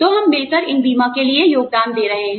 तो हम मिलकर इन बीमा के लिए योगदान दे रहे हैं